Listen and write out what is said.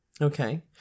okay